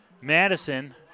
Madison